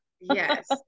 yes